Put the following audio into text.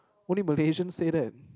only Malaysians say that